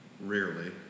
Rarely